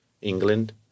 england